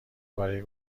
برای